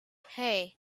hey